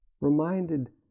Reminded